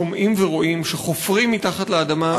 שומעים ורואים שחופרים מתחת לפני האדמה,